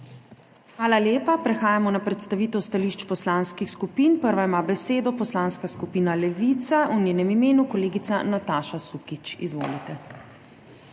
Hvala lepa. Prehajamo na predstavitev stališč poslanskih skupin. Prva ima besedo Poslanska skupina Levica, v njenem imenu kolegica Nataša Sukič. Izvolite.